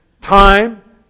time